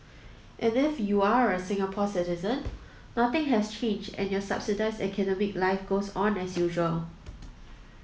and if you're a Singaporean citizen nothing has changed and your subsidised academic life goes on as usual